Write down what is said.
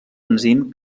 enzim